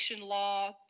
law